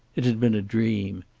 it had been a dream.